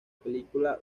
película